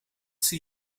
zie